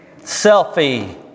Selfie